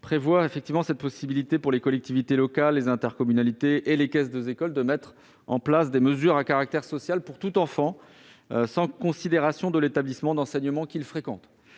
prévoit déjà la possibilité pour les collectivités locales, les intercommunalités et les caisses des écoles de mettre en place des mesures à caractère social pour tout enfant, sans considération de l'établissement d'enseignement qu'il fréquente.